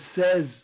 says